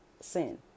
sin